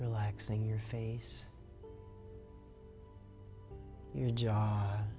relaxing your face your j